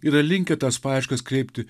yra linkę tas paieškas kreipti